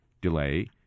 delay